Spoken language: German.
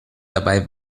dabei